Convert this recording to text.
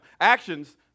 Actions